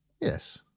Yes